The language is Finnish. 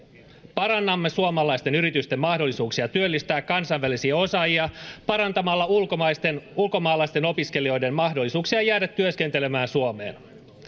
parannamme suomalaisten yritysten mahdollisuuksia työllistää kansainvälisiä osaajia parantamalla ulkomaalaisten ulkomaalaisten opiskelijoiden mahdollisuuksia jäädä työskentelemään suomeen